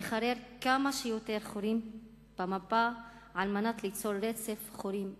לחורר כמה שיותר חורים במפה על מנת ליצור רצף חורים גדול.